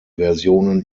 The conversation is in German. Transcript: versionen